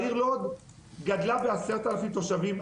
העיר לוד גדלה ב-10,000 תושבים.